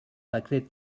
decret